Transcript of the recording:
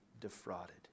defrauded